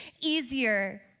easier